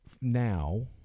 now